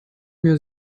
mir